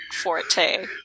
forte